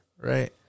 right